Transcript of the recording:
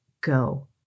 go